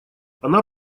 она